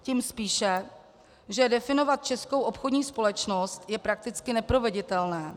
Tím spíše, že definovat českou obchodní společnost je prakticky neproveditelné.